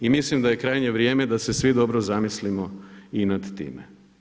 I mislim da je krajnje vrijeme da se svi dobro zamislimo i nad time.